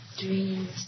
dreams